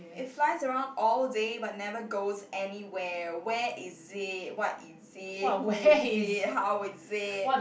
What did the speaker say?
it's fly around all day but never goes anywhere where is it what is it who is it how is it